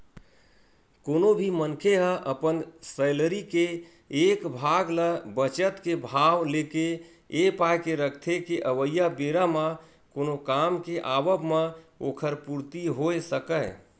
कोनो भी मनखे ह अपन सैलरी के एक भाग ल बचत के भाव लेके ए पाय के रखथे के अवइया बेरा म कोनो काम के आवब म ओखर पूरति होय सकय